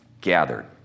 gathered